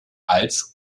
als